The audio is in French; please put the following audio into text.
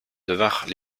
devinrent